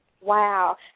Wow